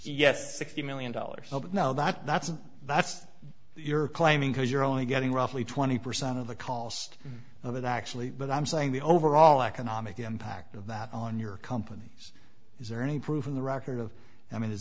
yes sixty million dollars but now that that's that's you're claiming because you're only getting roughly twenty percent of the cost of it actually but i'm saying the overall economic impact of that on your companies is there any proof in the record of i mean i